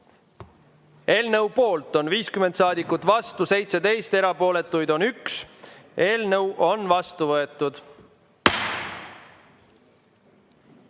Eelnõu poolt on 50 saadikut, vastu 17, erapooletuid on 1. Eelnõu on vastu võetud.